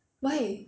why